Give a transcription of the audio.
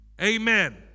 Amen